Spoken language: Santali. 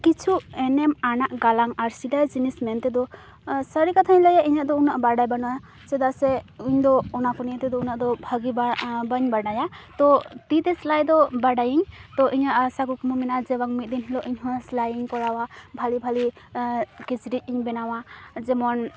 ᱠᱤᱪᱷᱩ ᱮᱱᱮᱢ ᱟᱱᱟᱜ ᱜᱟᱞᱟᱝ ᱟᱨ ᱥᱮᱫᱟᱭ ᱡᱤᱱᱤᱥ ᱢᱮᱱᱛᱮᱫᱚ ᱥᱟᱹᱨᱤ ᱠᱟᱛᱷᱟᱧ ᱞᱟᱹᱭᱟ ᱤᱧᱟᱹᱜ ᱫᱚ ᱩᱱᱟᱹᱜ ᱵᱟᱰᱟᱭ ᱵᱟᱱᱩᱜᱼᱟ ᱪᱮᱫᱟᱜ ᱥᱮ ᱤᱧ ᱫᱚ ᱚᱱᱟᱠᱚ ᱱᱤᱭᱮ ᱛᱮᱫᱚ ᱩᱱᱟᱹᱜ ᱫᱚ ᱵᱷᱟᱜᱮ ᱵᱟᱹᱧ ᱵᱟᱰᱟᱭᱟ ᱛᱚ ᱛᱤᱛᱮ ᱥᱮᱞᱟᱭ ᱫᱚ ᱵᱟᱰᱟᱭᱤᱧ ᱛᱚ ᱤᱧᱟᱹᱜ ᱟᱥᱟ ᱠᱩᱠᱢᱩ ᱢᱮᱱᱟᱜᱼᱟ ᱡᱮ ᱵᱟᱝ ᱢᱤᱫ ᱫᱤᱱ ᱦᱤᱞᱳᱜ ᱤᱧ ᱦᱚᱸ ᱥᱮᱞᱟᱭᱤᱧ ᱠᱚᱨᱟᱣᱟ ᱵᱷᱟᱞᱮ ᱵᱷᱟᱞᱮ ᱠᱤᱪᱨᱤᱡ ᱤᱧ ᱵᱮᱱᱟᱣᱟ ᱡᱮᱢᱚᱱ